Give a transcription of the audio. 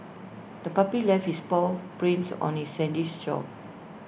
the puppy left its paw prints on the sandys shore